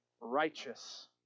righteous